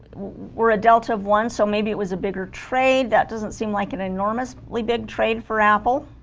we're a delta of one so maybe it was a bigger trade that doesn't seem like an enormous ly big trade for apple